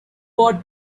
ought